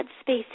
space